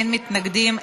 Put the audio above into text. אין מתנגדים,